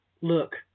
Look